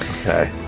Okay